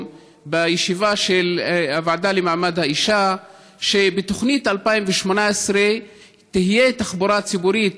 בישיבה של הוועדה למעמד האישה שבתוכנית 2018 תהיה תחבורה ציבורית